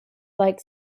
like